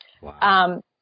Wow